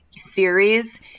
series